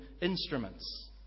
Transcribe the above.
instruments